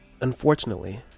unfortunately